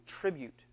tribute